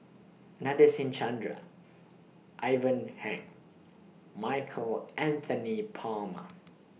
Nadasen Chandra Ivan Heng Michael Anthony Palmer